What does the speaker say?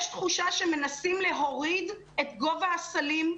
יש תחושה שמנסים להוריד את גובה הסלים,